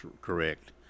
correct